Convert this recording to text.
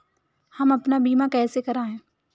हम अपना बीमा कैसे कराए?